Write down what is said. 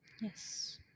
Yes